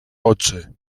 oczy